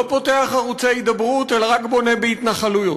לא פותח ערוצי הידברות אלא רק בונה בהתנחלויות,